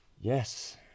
yes